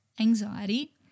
anxiety